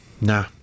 Nah